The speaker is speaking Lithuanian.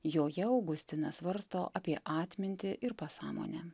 joje augustinas svarsto apie atmintį ir pasąmonę